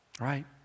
right